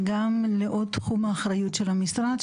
וגם לעוד תחום אחריות של המשרד,